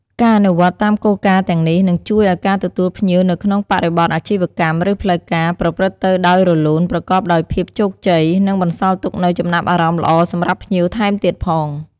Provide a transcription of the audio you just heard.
ការអនុវត្តតាមគោលការណ៍ទាំងនេះ នឹងជួយឲ្យការទទួលភ្ញៀវនៅក្នុងបរិបទអាជីវកម្ម ឬផ្លូវការ ប្រព្រឹត្តទៅដោយរលូន ប្រកបដោយភាពជោគជ័យ និងបន្សល់ទុកនូវចំណាប់អារម្មណ៍ល្អសម្រាប់ភ្ញៀវថែមទៀតផង។